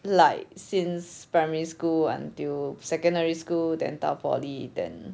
like since primary school until secondary school then 到 poly then